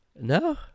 No